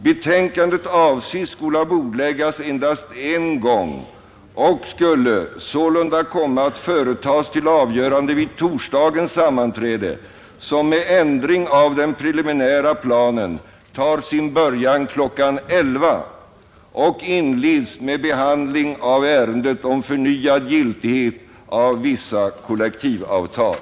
Betänkandet avses skola bordläggas endast en gång och skulle sålunda komma att företas till avgörande vid torsdagens sammanträde, som med ändring av den preliminära planen tar sin början kl. 11.00 och inleds med behandling av ärendet om förnyad giltighet av vissa kollektivavtal.